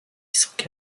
sok